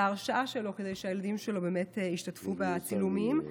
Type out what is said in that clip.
את ההרשאה שלו, כדי שהילדים שלו ישתתפו בצילומים.